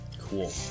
Cool